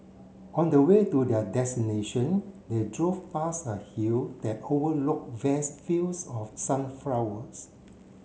on the way to their destination they drove past a hill that overlooked vast fields of sunflowers